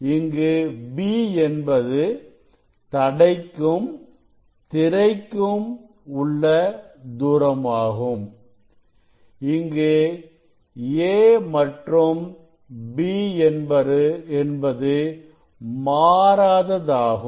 இங்கு b என்பது தடைக்கும் திரைக்கும் உள்ள தூரமாகும் இங்கு a மற்றும் b என்பது மாறாததாகும்